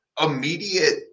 immediate